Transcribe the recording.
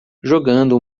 jogando